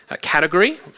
category